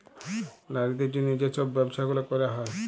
লারিদের জ্যনহে যে ছব ব্যবছা গুলা ক্যরা হ্যয়